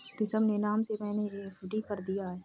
ऋषभ के नाम से मैने एफ.डी कर दिया है